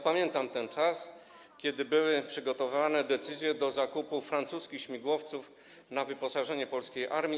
Pamiętam ten czas, kiedy były przygotowywane decyzje co do zakupu francuskich śmigłowców na wyposażenie polskiej armii.